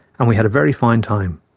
and we had a very fine time.